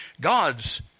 God's